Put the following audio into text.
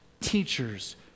teachers